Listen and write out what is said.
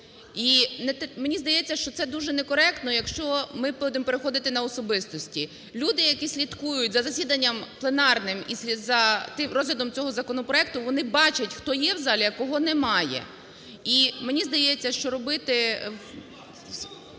І мені здається, що це дуже некоректно, якщо ми будемо переходити на особистості. Люди, які слідкують за засіданням пленарним і за розглядом цього законопроекту, вони бачать, хто є в залі, а кого немає. І мені здається, що робити…